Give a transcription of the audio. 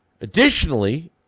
Additionally